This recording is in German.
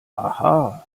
aha